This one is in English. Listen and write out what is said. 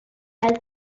had